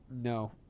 No